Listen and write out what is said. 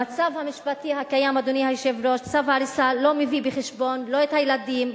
במצב המשפטי הקיים צו ההריסה לא מביא בחשבון לא את הילדים,